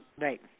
right